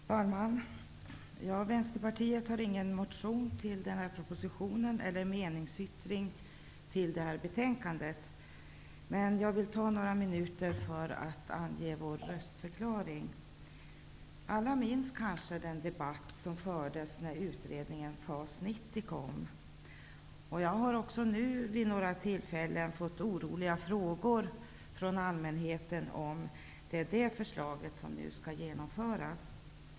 Herr talman! Vänsterpartiet har ingen motion med anledning av den här propositionen eller meningsyttring till betänkandet, men jag vill ta några minuter för att avge vår röstförklaring. Alla minns kanske den debatt som fördes när utredningen FAS-90 kom. Jag har också vid några tillfällen fått oroliga frågor från allmänheten, om det är det förslaget som nu skall genomföras.